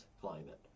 climate